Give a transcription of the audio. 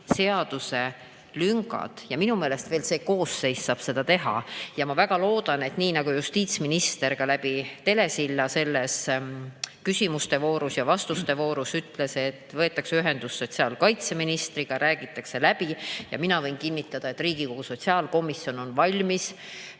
Minu meelest see koosseis saab seda veel teha. Ja ma väga loodan, et nii nagu justiitsminister ka telesilla kaudu selles küsimuste ja vastuste voorus ütles, võetakse ühendust sotsiaalkaitseministriga ja räägitakse läbi. Mina võin kinnitada, et Riigikogu sotsiaalkomisjon on valmis